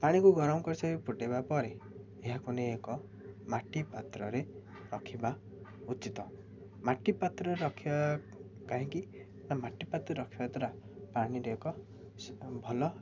ପାଣିକୁ ଗରମ କରିସାରି ଫୁଟେଇବା ପରେ ଏହାକୁ ନେଇ ଏକ ମାଟି ପାତ୍ରରେ ରଖିବା ଉଚିତ୍ ମାଟି ପାତ୍ରରେ ରଖିବା କାହିଁକି ନା ମାଟି ପାତ୍ରରେ ରଖିବା ଦ୍ୱାରା ପାଣିରେ ଏକ ଭଲ